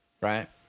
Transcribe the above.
Right